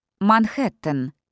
Manhattan